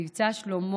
מבצע שלמה